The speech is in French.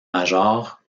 major